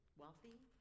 wealthy